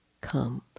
come